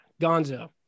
Gonzo